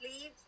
leave